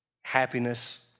happiness